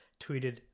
tweeted